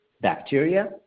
bacteria